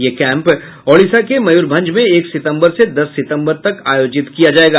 ये कैम्प ओडिशा के मयूर भंज में एक सितंबर से दस सितंबर तक आयोजित किया जायेगा